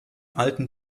alten